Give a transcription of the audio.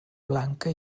blanca